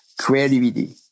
creativity